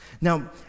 Now